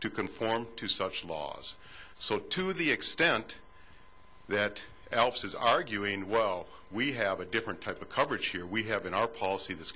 to conform to such laws so to the extent that elfs is arguing well we have a different type of coverage here we have in our policy this